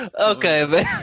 Okay